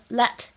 let